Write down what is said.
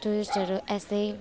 टुरिस्टहरू यस्तै